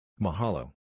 Mahalo